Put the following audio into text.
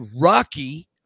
Rocky